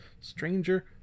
Stranger